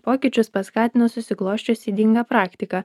pokyčius paskatino susiklosčiusi ydinga praktika